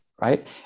right